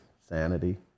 sanity